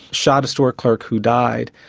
shot a store clerk who died.